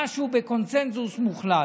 משהו בקונסנזוס מוחלט.